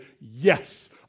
yes